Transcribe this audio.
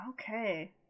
Okay